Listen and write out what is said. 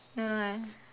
no no I